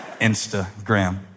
Instagram